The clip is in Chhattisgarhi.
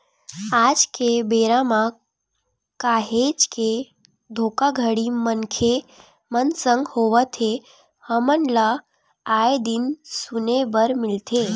आल के बेरा म काहेच के धोखाघड़ी मनखे मन संग होवत हे हमन ल आय दिन सुने बर मिलथे